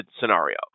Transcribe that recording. scenario